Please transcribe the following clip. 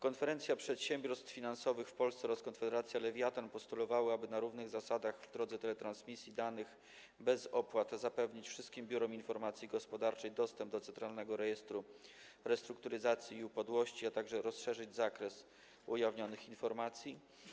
Konferencja Przedsiębiorstw Finansowych w Polsce oraz Konfederacja Lewiatan postulowały, aby na równych zasadach w drodze teletransmisji danych zapewnić bez opłat wszystkim biurom informacji gospodarczej dostęp do Centralnego Rejestru Restrukturyzacji i Upadłości, a także rozszerzyć zakres ujawnionych informacji.